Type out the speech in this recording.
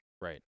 right